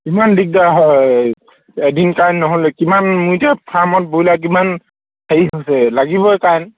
কিমান দিগদাৰ হয় এদিন কাৰেণ্ট নহ'লে কিমান মোৰ এতিয়া ফাৰ্মত ব্ৰইলাৰ কিমান হেৰি হৈছে লাগিবই কাৰেণ্ট